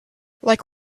like